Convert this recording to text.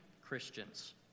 Christians